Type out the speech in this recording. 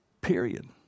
Period